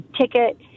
ticket